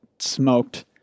smoked